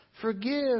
Forgive